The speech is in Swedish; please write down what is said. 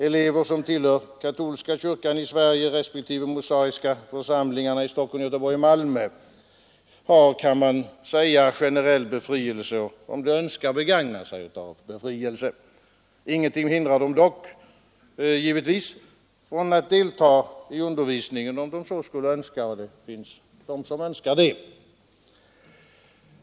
Elever som tillhör katolska kyrkan i Sverige respektive mosaiska församlingarna i Stockholm, Göteborg och Malmö har, kan man säga, generell befrielse om de önskar begagna den. Ingenting hindrar dem dock från att delta i undervisningen om de skulle önska, och det finns sådana som önskar det.